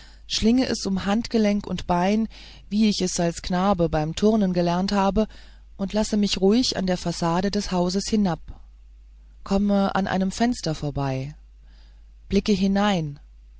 schlinge es um handgelenk und bein wie ich es als knabe beim turnen gelernt habe und lasse mich ruhig an der fassade des hauses hinab komme an einem fenster vorbei blicke hinein